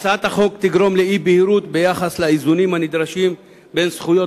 הצעת החוק תגרום לאי-בהירות ביחס לאיזונים הנדרשים בין זכויות